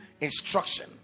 instruction